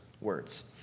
words